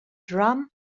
drum